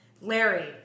Larry